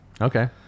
Okay